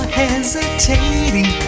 hesitating